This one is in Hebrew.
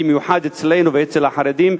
במיוחד אצלנו ואצל החרדים.